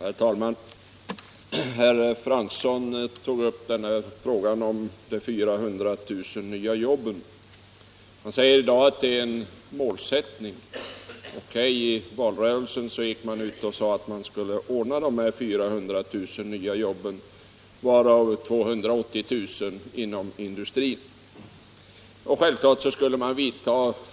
Herr talman! Herr Fransson tog upp frågan om de 400 000 nya jobben. Han säger i dag att det är fråga om en målsättning. OK. Men i valrörelsen gick centern ut och sade att man skulle ordna de här 400 000 nya jobben, varav 280 000 inom industrin. För